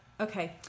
Okay